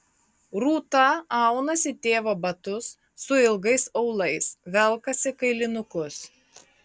rūta aunasi tėvo batus su ilgais aulais velkasi kailinukus